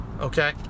okay